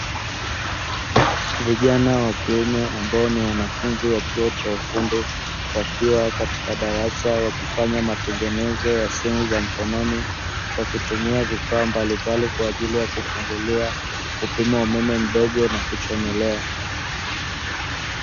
Vijana wa kiume ambao ni wanafunzi wa chuo cha ufundi, wakiwa katika darasa wakifanya matengenezo ya simu za mkononi; wakitumia vifaa mbalimbali kwa ajili ya kufungulia, kupima umeme mdogo na kuchomelea.